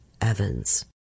Evans